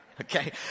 Okay